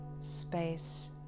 space